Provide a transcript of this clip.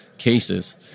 cases